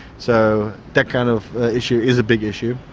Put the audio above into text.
so that kind of issue is a big issue.